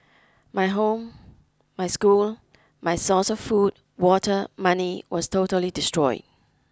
my home my school my source of food water money was totally destroyed